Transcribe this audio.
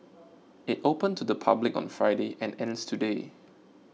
it opened to the public on Friday and ends today